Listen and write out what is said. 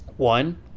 One